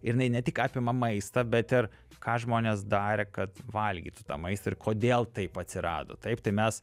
ir jinai ne tik apima maistą bet ir ką žmonės darė kad valgytų tą maistą ir kodėl taip atsirado taip tai mes